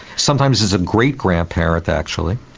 sometimes it's a great grandparent actually.